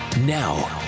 Now